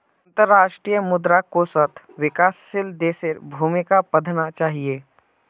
अंतर्राष्ट्रीय मुद्रा कोषत विकासशील देशेर भूमिका पढ़ना चाहिए